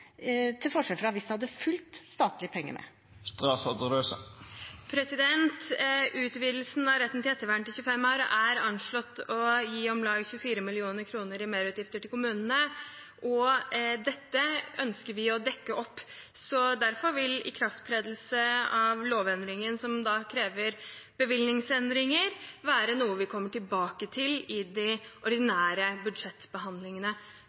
til forskjell fra hvis det hadde fulgt statlige penger med? Utvidelsen av retten til ettervern til 25 år er anslått til å gi om lag 24 mill. kr i merutgifter til kommunene. Dette ønsker vi å dekke. Derfor vil ikrafttredelse av lovendringen som krever bevilgningsendringer, være noe vi kommer tilbake til i de ordinære budsjettbehandlingene.